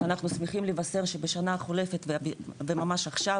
אנחנו שמחים לבשר שבשנה החולפת וממש עכשיו